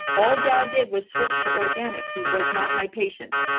all dad did was switch to organic. he was not my patient.